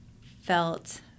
felt